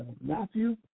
Matthew